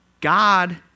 God